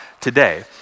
today